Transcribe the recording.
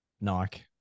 Nike